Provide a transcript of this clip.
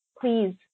please